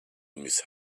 miss